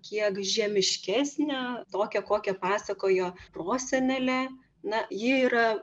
kiek žemiškesnę tokią kokią pasakojo prosenelė na ji yra